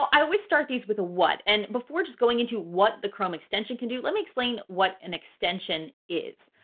i will start these with a what, and before just going into what the chrome extension can do, let me explain what an extension is.